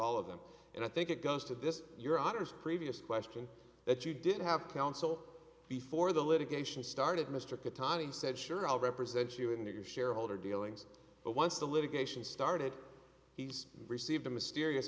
all of them and i think it goes to this your honour's previous question that you did have counsel before the litigation started mr khatami said sure i'll represent you in your shareholder dealings but once the litigation started he's received a mysterious